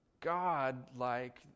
God-like